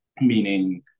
meaning